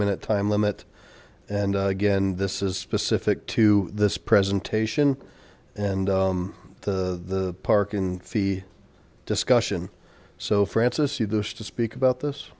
minute time limit and again this is specific to this presentation and the parking fee discussion so francis see those to speak about this